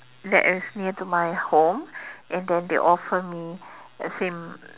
that is near to my home and then they offer me a same